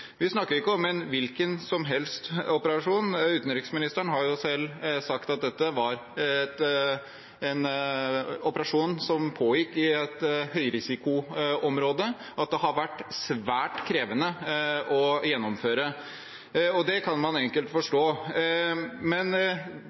Vi snakker ikke om en hvilken som helst operasjon. Utenriksministeren har selv sagt at dette var en operasjon som pågikk i et høyrisikoområde, og at den har vært svært krevende å gjennomføre. Det kan man enkelt forstå.